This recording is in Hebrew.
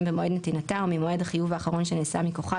ממועד נתינתה או ממועד החיוב האחרון שנעשה מכוחה,